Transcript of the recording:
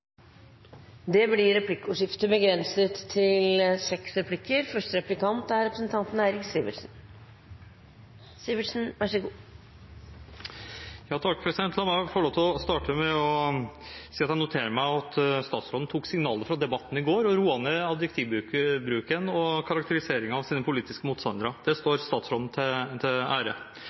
Det blir replikkordskifte. La meg få lov til å starte med å si at jeg noterer meg at statsråden tok signalet fra debatten i går og roet ned adjektivbruken og karakteriseringen av sine politiske motstandere. Det tjener statsråden til ære.